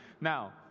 Now